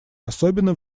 особенно